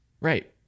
Right